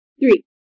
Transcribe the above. Three